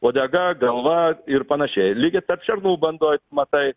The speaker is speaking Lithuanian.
uodega galva ir panašiai lygiai tarp šernų bandoj matai